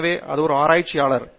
எனவே நான் ஒரு ஆராய்ச்சியாளர்